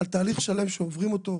על תהליך שלם שעוברים אותו,